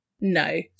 No